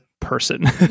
person